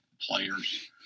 players